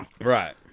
Right